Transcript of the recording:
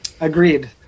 Agreed